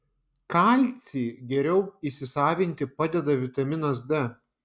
kalcį geriau įsisavinti padeda vitaminas d